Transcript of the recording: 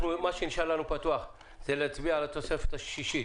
מה שנשאר לנו פתוח זה להצביע על התוספת השישית,